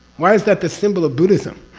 why is that the symbol of buddhism?